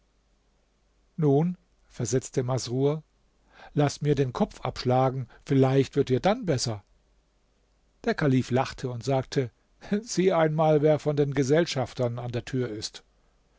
nun versetzte masrur laß mir den kopf abschlagen vielleicht wird dir dann besser der kalif lachte und sagte sieh einmal wer von den gesellschaftern an der tür ist